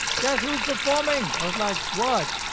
guess who's performing? i was like, what?